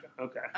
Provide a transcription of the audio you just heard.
Okay